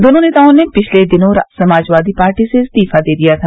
दोनों नेताओं ने पिछले दिनों समाजवादी पार्टी से इस्तीफा दे दिया था